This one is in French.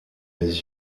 les